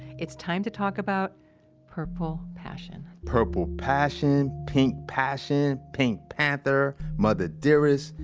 it's time to talk about purple passion purple passion, pink passion, pink panther, mother dearest,